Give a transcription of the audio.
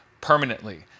permanently